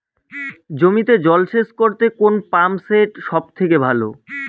জমিতে জল সেচ করতে কোন পাম্প সেট সব থেকে ভালো?